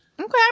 Okay